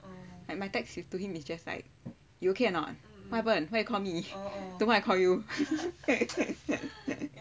and my text to him is just like you okay or not what happen why you call me tomorrow I call you mm mm 做什么跑步 ah orh orh orh badminton ah